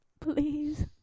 Please